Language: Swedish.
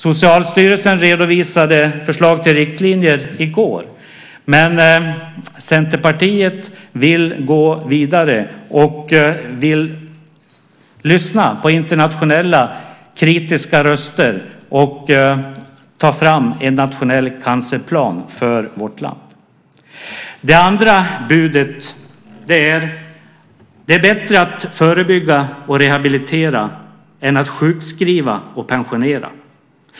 Socialstyrelsen redovisade förslag till riktlinjer i går, men Centerpartiet vill gå vidare, lyssna på internationella kritiska röster och ta fram en nationell cancerplan för vårt land. Det andra budet är att det är bättre att förebygga och rehabilitera än att sjukskriva och pensionera.